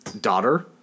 daughter